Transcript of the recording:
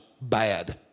bad